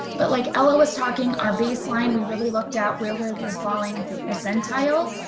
but like ella was talking our baseline. we really looked at where we were falling for percentile.